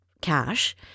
cash